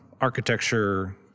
architecture